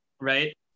right